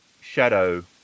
shadow